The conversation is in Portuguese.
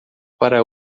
para